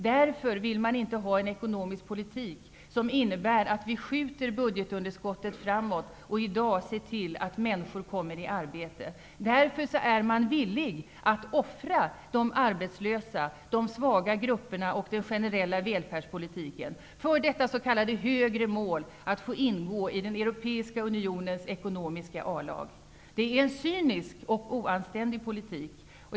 Därför vill man inte ha en ekonomisk politik som innebär att vi skulle skjuta budgetunderskottet framåt och se till att människor får arbete. Därför är man villig att offra de arbetslösa, de svaga grupperna och den generella välfärdspolitiken. Detta är man villig att göra för det s.k. högre målet att få ingå i den europeiska unionens ekonomiska A-lag. Det är en cynisk och oanständig politik.